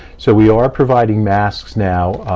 so we are providing masks now,